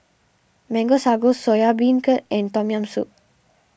Mango Sago Soya Beancurd and Tom Yam Soup